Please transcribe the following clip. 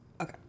Okay